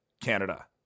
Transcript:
Canada